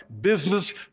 business